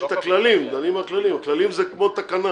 יש כללים; כללים זה כמו תקנה